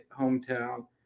hometown